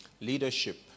Leadership